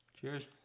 Cheers